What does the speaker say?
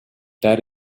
that